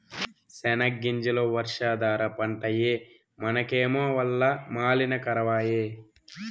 సెనగ్గింజలు వర్షాధార పంటాయె మనకేమో వల్ల మాలిన కరవాయె